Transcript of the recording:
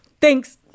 thanks